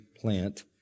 plant